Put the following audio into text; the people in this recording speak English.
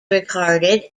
regarded